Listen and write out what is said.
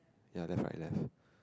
ya left right left